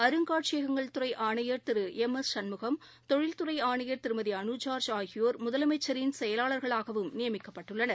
அருங்காட்சியகங்கள் துறை ஆணையர் திரு எம் எஸ் சண்முகம் தொழில்துறை ஆணையர் திருமதி அனு ஜார்ஜ் ஆகியோர் முதலமைச்சரின் செயலாளர்களாகவும் நியமிக்கப்பட்டுள்ளனர்